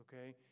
Okay